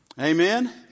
Amen